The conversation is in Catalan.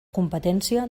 competència